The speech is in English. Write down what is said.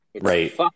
right